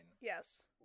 yes